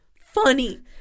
funny